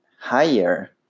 higher